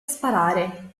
sparare